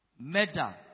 Murder